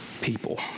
people